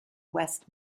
west